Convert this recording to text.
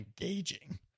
Engaging